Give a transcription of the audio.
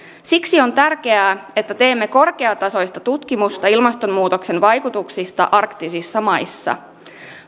siksi on tärkeää että teemme korkeatasoista tutkimusta ilmastonmuutoksen vaikutuksista arktisissa maissa